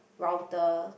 router